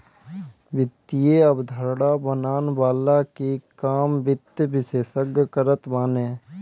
वित्तीय अवधारणा बनवला के काम वित्त विशेषज्ञ करत बाने